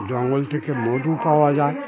জঙ্গল থেকে মধু পাওয়া যায়